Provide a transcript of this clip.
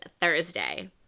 Thursday